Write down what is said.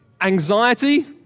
anxiety